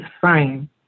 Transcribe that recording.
fine